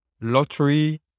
lottery